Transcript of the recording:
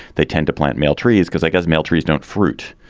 they tend to plant male trees because i guess male trees don't fruit.